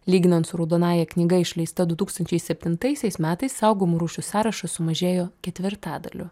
lyginant su raudonąja knyga išleista du tūkstančiai septintaisiais metais saugomų rūšių sąrašas sumažėjo ketvirtadaliu